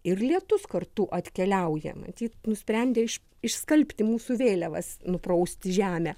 ir lietus kartu atkeliauja matyt nusprendė iš išskalbti mūsų vėliavas nuprausti žemę